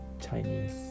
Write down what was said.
Chinese